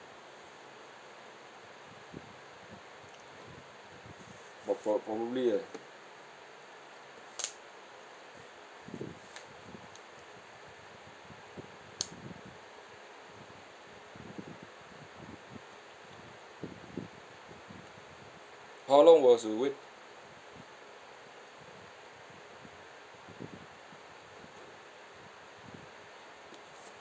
prob~ prob~ probably ah how long was the wait